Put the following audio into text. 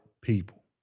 people